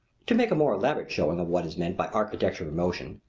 to make a more elaborate showing of what is meant by architecture-in-motion,